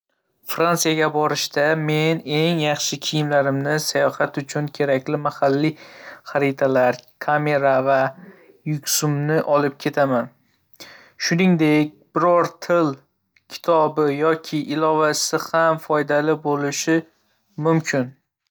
Frantsiyaga borishda, men eng yaxshi kiyimlarimni, sayohat uchun kerakli, mahalliy xaritalar, kamera va yuksumni olib ketaman. Shuningdek, biror til kitobi yoki ilovasi ham foydali bo'lishi mumkin.